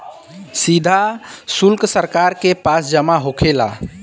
सीधा सुल्क सरकार के पास जमा होखेला